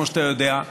כמו שאתה יודע,